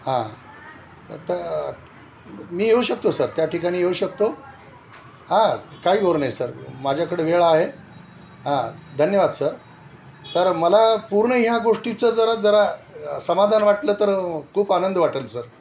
हां तर मी येऊ शकतो सर त्या ठिकाणी येऊ शकतो हां काही घोर नाही सर माझ्याकडे वेळ आहे हां धन्यवाद सर तर मला पूर्ण ह्या गोष्टीचं जरा जरा समाधान वाटलं तर खूप आनंद वाटेल सर